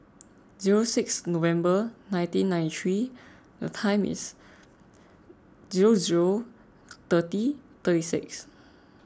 zero six November nineteen ninety three zero zero thirty thirty six